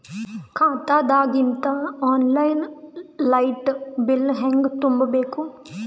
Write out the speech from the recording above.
ಖಾತಾದಾಗಿಂದ online light bill ಹೇಂಗ ತುಂಬಾ ಬೇಕು?